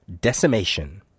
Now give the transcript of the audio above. Decimation